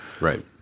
Right